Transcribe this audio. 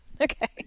Okay